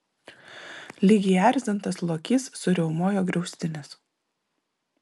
lyg įerzintas lokys suriaumojo griaustinis